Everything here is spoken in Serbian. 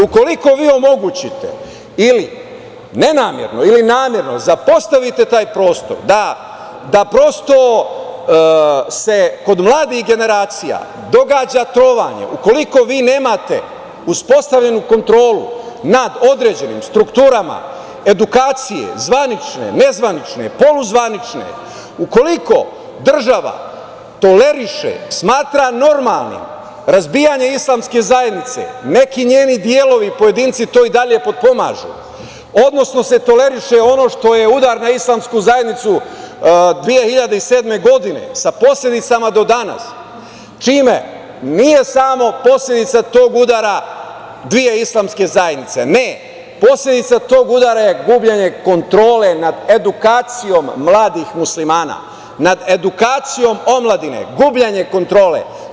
Jer, ukoliko vi omogućite ili nenamerno ili namerno zapostavite taj prostor, da se prosto kod mladih generacija događa trovanje, ukoliko vi nemate uspostavljenu kontrolu nad određenim strukturama, edukacije, zvanične, nezvanične, poluzvanične, ukoliko država toleriše, smatra normalnim razbijanje islamske zajednice, neki njeni delovi i pojedinci to i dalje potpomažu, odnosno se toleriše ono što je udar na islamsku zajednicu 2007. godine, sa posledicama do danas, čime nije samo posledica tog udara dve islamske zajednice, ne, posledica tog udara je gubljenje kontrole nad edukacijom mladih Muslimana, nad edukacijom omladine, gubljenje kontrole.